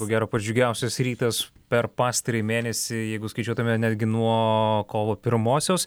ko gero pats džiugiausias rytas per pastarąjį mėnesį jeigu skaičiuotume netgi nuo kovo pirmosios